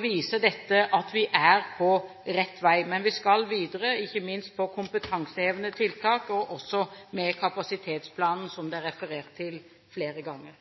viser dette at vi er på rett vei. Men vi skal videre, ikke minst med kompetansehevende tiltak og også med kapasitetsplanen, som det er referert til flere ganger.